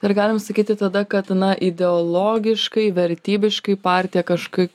ar galima sakyti tada kad na ideologiškai vertybiškai partija kažkai